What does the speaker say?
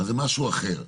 אז זה משהו אחר.